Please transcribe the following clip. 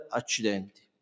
accidenti